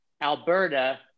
Alberta